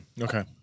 Okay